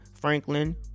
franklin